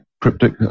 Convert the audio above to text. cryptic